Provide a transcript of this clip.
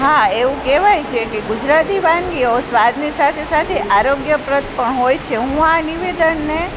હા એવું કહેવાય છે કે ગુજરાતી વાનગીઓ સ્વાદની સાથે સાથે આરોગ્યપ્રદ પણ હોય છે હું આ નિવેદનને